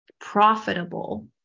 profitable